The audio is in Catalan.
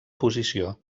posició